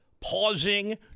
pausing